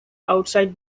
outside